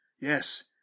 Yes